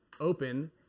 Open